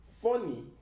funny